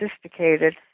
sophisticated